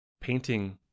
Painting